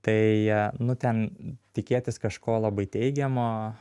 tai nu ten tikėtis kažko labai teigiamo